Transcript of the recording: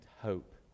hope